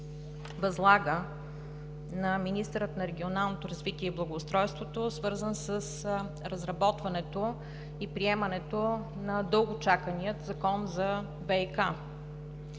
възлага на министъра на регионалното развитие и благоустройството, свързан с разработването и приемането на дълго чакания закон за ВиК.